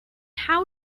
how